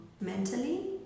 mentally